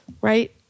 Right